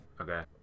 Okay